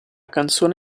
canzone